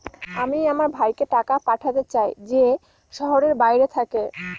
আমি আমার ভাইকে টাকা পাঠাতে চাই যে শহরের বাইরে থাকে